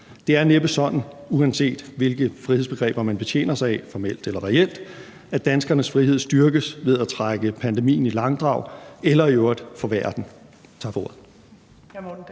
Det er næppe sådan, uanset hvilke frihedsbegreber man betjener sig af – formelt eller reelt – at danskernes frihed styrkes ved at trække pandemien i langdrag eller i øvrigt forværre